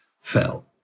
fell